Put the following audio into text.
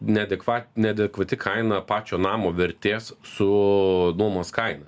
neadekva neadekvati kaina pačio namo vertės su nuomos kaina